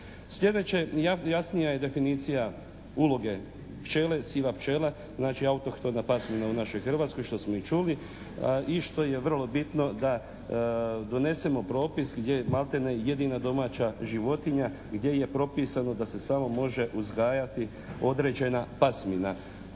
Sljedeće, jasnija je definicija pčele, siva pčela, znači autohtona pasmina u našoj Hrvatskoj što smo i čuli i što je vrlo bitno da donesemo propis gdje maltene jedina domaća životinja, gdje je propisano da se samo može uzgajati određena pasmina